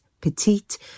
petite